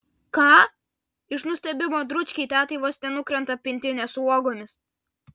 ką iš nustebimo dručkei tetai vos nenukrenta pintinė su uogomis